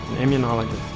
immunologist.